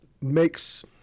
makes